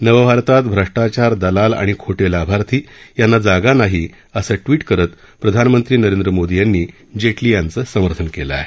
नवभारतात भ्रष्टाचार दलाल आणि खोटे लाभार्थी यांना जागा नाही असं ट्वीट प्रधानमंत्री नरेंद्र मोदी यांनी जेटली यांच्या समर्थनार्थ केलं आहे